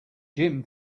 jim